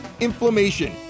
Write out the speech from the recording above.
inflammation